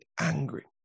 angry